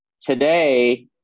today